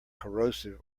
corrosive